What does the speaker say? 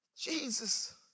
Jesus